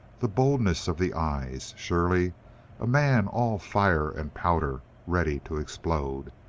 the boldness of the eyes. surely a man all fire and powder, ready to explode.